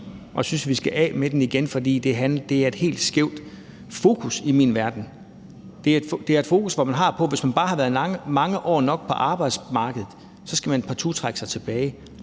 jeg synes, vi skal af med den igen, for i min verden er det et helt skævt fokus. Det er et fokus, der går på, at hvis man bare har været mange år nok på arbejdsmarkedet, så skal man partout trække sig tilbage.